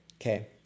Okay